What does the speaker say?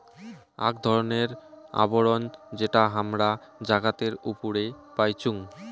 আক ধরণের আবরণ যেটা হামরা জাগাতের উপরে পাইচুং